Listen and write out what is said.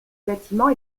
bâtiment